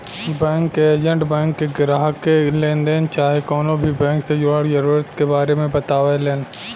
bank के agent bank के ग्राहक के लेनदेन चाहे कवनो भी बैंक से जुड़ल जरूरत के बारे मे बतावेलन